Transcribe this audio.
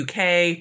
UK